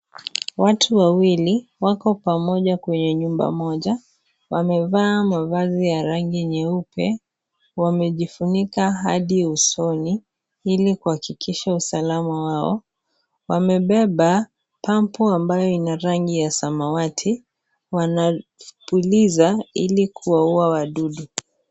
Watu wawili, wako pamoja kwenye nyumba moja. Wamevaa mavazi ya rangi nyeupe. Wamejifunika hadi usoni, ili kuhakikisha usalama wao. Wamebeba pampu ambayo ina rangi ya samawati. Wanapuliza ili kuwa ua wadudu.